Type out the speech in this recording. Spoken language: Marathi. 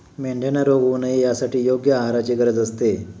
मेंढ्यांना रोग होऊ नये यासाठी योग्य आहाराची गरज असते